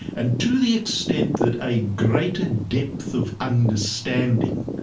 and to the extent that a greater depth of understanding,